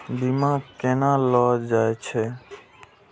बीमा केना ले जाए छे?